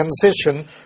transition